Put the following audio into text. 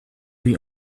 rue